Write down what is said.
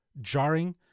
jarring